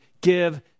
give